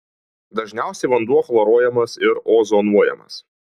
dažniausiai vanduo chloruojamas ir ozonuojamas